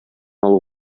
алу